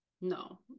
no